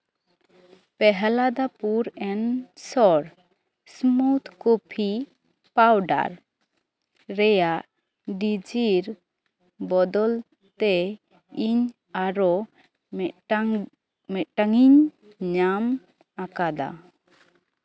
ᱯᱷᱮᱦᱞᱟᱫᱟ pure and so smooth coffee powder ᱨᱮᱭᱟᱜ ᱰᱤᱡᱤᱨ ᱵᱚᱫᱚᱞ ᱛᱮ ᱤᱧ ᱟᱨᱚ ᱢᱤᱫᱴᱟᱝ ᱢᱤᱫᱴᱟᱝ ᱤᱧ ᱧᱟᱢ ᱟᱠᱟᱫᱟ